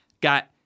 Got